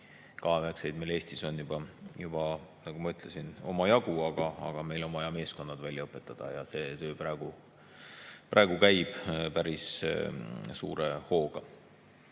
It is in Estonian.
hakkama. K9-d meil Eestis on juba, nagu ma ütlesin, omajagu, aga meil on vaja meeskonnad välja õpetada ja see töö praegu käib päris suure hooga.